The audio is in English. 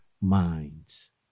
minds